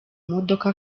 modoka